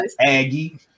Aggie